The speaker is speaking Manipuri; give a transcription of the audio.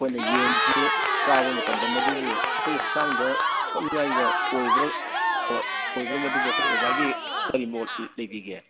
ꯑꯩꯈꯣꯏꯅ ꯌꯦꯟꯁꯤ ꯆꯥꯕ ꯃꯇꯝꯗ ꯃꯗꯨꯕꯨ ꯑꯩꯈꯣꯏꯒꯤ ꯍꯀꯆꯥꯡꯗ ꯁꯣꯛꯅꯤꯡꯉꯥꯏꯒ ꯑꯣꯏꯕ꯭ꯔꯥ ꯑꯣꯏꯕ꯭ꯔꯥ ꯃꯗꯨꯕꯨ ꯑꯩꯈꯣꯏ ꯑꯣꯖꯥꯒꯤ ꯀꯔꯤ ꯃꯣꯠ ꯂꯩꯕꯤꯒꯦ